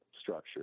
structure